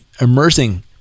immersing